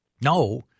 No